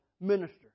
minister